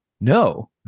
No